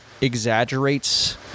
exaggerates